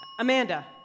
Amanda